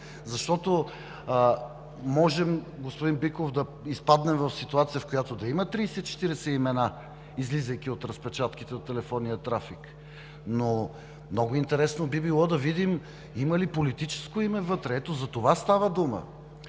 защото можем, господин Биков, да изпаднем в ситуация, в която да има 30 – 40 имена, излизайки от разпечатките от телефонния трафик, но много интересно би било да видим има ли политическо име вътре. Ето за това става дума.